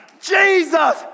Jesus